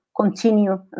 continue